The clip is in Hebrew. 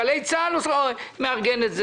גלי צה"ל מארגנים את זה.